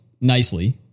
nicely